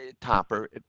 Topper